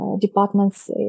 departments